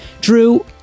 Drew